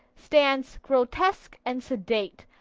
stands grotesque and sedate,